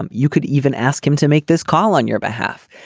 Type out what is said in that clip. um you could even ask him to make this call on your behalf.